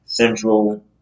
Central